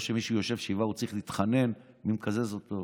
כשמישהו יושב שבעה הוא לא צריך להתחנן שמישהו יקזז אותו.